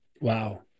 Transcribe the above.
Wow